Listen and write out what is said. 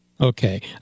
Okay